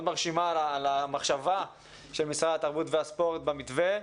מאוד מרשימה על המחשבה של משרד התרבות והספורט במתווה.